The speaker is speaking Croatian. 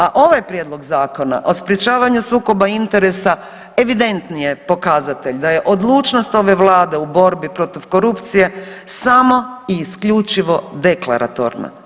A ovaj Prijedlog zakona o sprječavanju sukoba interesa evidentni je pokazatelj da je odlučnost ove Vlade u borbi protiv korupcije samo i isključivo deklaratorno.